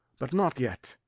but not yet!